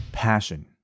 passion